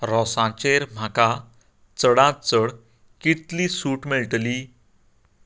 रोसांचेर म्हाका चडांत चड कितली सूट मेळटली